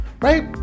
right